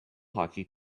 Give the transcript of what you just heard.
hockey